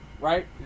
right